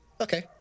Okay